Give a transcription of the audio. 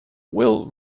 will